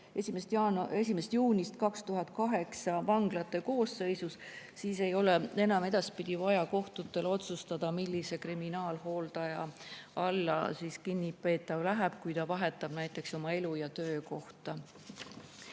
1. juunist 2008 vanglate koosseisus. Enam ei ole edaspidi vaja kohtutel otsustada, millise kriminaalhooldaja alla kinnipeetav läheb, kui ta näiteks vahetab oma elu- ja töökohta.